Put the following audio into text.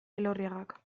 elorriagak